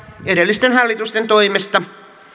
edellisten hallitusten toimesta